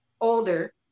older